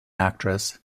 actress